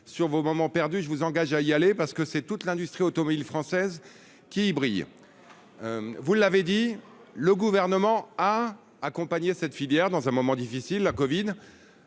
sur vos moments perdus, je vous engage à y aller, parce que c'est toute l'industrie automobile française qui brillent, vous l'avez dit, le gouvernement a accompagné cette filière dans un moment difficile, la Covid